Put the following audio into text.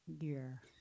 year